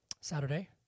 Saturday